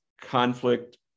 conflict